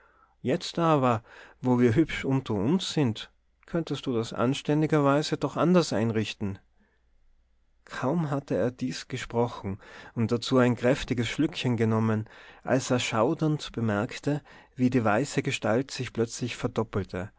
jetzt aber wo wir hübsch unter uns sind könntest du das anständigerweise doch anders einrichten kaum hatte er dies gesprochen und dazu ein kräftiges schlückchen genommen als er schaudernd bemerkte wie die weiße gestalt sich plötzlich verdoppelte